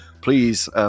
please